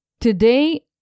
Today